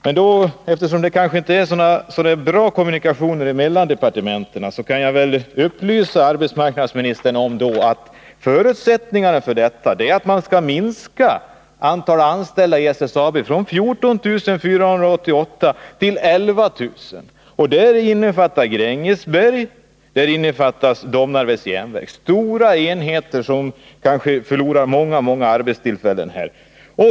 Men eftersom kommunikationerna mellan departementen kanske inte är så goda, kan jag upplysa arbetsmarknadsministern om att förutsättningarna för detta är att antalet anställda i SSAB minskats från 14 488 till 11 000. Däri skall innefattas Grängesberg och Domnarvets Järnverk — stora enheter som här kanske förlorar åtskilliga arbetstillfällen.